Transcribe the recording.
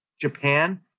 Japan